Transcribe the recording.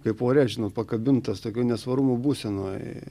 kaip ore pakabintas tokioj nesvarumo būsenoj